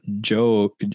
Joe